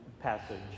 passage